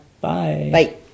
Bye